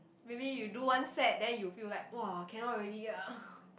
maybe you do one set then you feel like !wah! cannot already ah